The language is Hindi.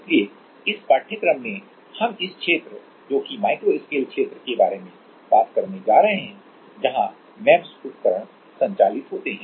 इसलिए इस पाठ्यक्रम में हम इस क्षेत्र जो माइक्रो स्केल क्षेत्र के बारे में बात करने जा रहे हैं जहां एमईएमएस उपकरण संचालित होते हैं